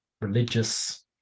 religious